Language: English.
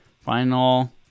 Final